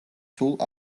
სულ